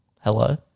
Hello